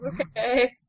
okay